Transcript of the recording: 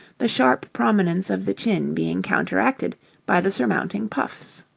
the sharp prominence of the chin being counteracted by the surmounting puffs.